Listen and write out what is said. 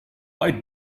quite